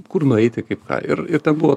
kur nueiti kaip ką ir ir ten buvo